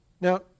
Now